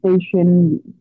station